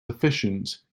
efficient